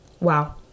Wow